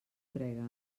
cregues